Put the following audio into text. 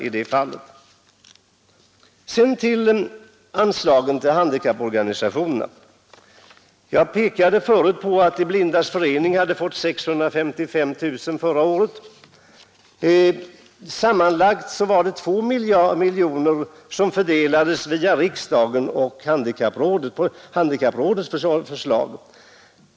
Jag skall sedan säga några ord om anslagen till handikapporganisationerna. Jag pekade förut på att De blindas förening förra året hade fått 655 000 kronor. Sammanlagt fördelades 2 miljoner kronor via riksdagen och handikapprådet.